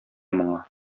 моңа